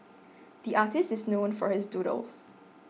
the artist is known for his doodles